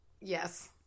yes